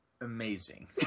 amazing